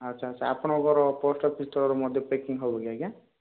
ଆଚ୍ଛା ଆଚ୍ଛା ଆପଣଙ୍କର ପୋଷ୍ଟ୍ ଅଫିସ୍ ତରଫରୁ ମଧ୍ୟ ପ୍ୟାକିଙ୍ଗ୍ ହେବ କି ଆଜ୍ଞା